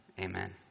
Amen